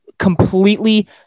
completely